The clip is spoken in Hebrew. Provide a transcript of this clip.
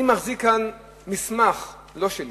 אני מחזיק כאן מסמך לא שלי